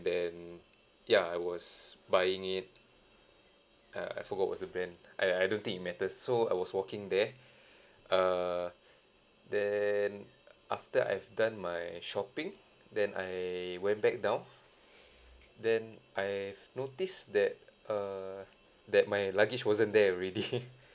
then ya I was buying it uh I forgot what's the brand I I don't think matters so I was walking there err then after I've done my shopping then I went back down then I've noticed that err that my luggage wasn't there already